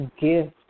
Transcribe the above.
gift